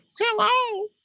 hello